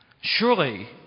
Surely